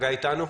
חגי אתנו?